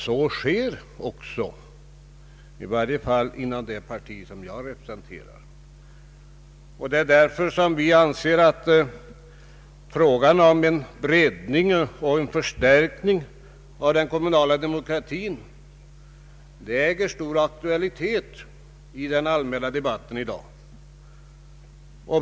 Så sker också, i varje fall inom det parti som jag representerar, och vi anser att frågan om en breddning och förstärkning av den kommunala demokratin äger stor aktualitet i den allmänna debatten i dag.